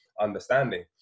understanding